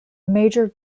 major